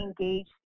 engaged